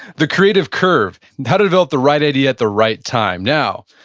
the creative curve and how to develop the right idea at the right time. now,